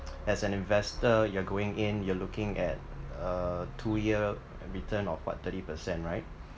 as an investor you're going in you're looking at a two year return of what thirty percent right